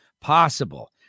possible